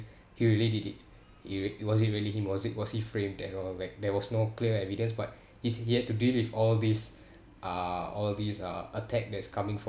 he really did it i~ was it really him was he was he framed that or like there was no clear evidence but he he had to deal with all these uh all these uh attack that is coming from